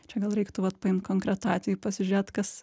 čia gal reiktų vat paimt konkretų atvejį pasižiūrėt kas